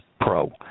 pro